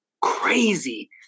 Crazy